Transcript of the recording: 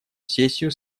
сессию